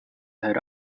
head